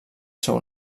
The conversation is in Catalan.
seu